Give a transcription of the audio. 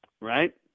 Right